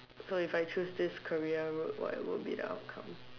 so if I choose this career road what would be the outcome